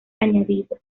añadido